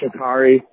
Shakari